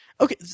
okay